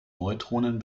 neutronen